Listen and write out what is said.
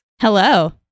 hello